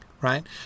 Right